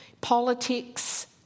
politics